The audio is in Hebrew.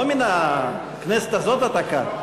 לא מן הכנסת הזאת אתה כאן.